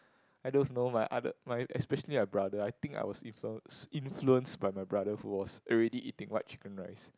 I don't know my other my especially my brother I think I was influen~ influenced by my brother who was already eating white chicken rice